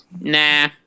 Nah